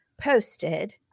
posted